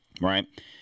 Right